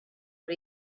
but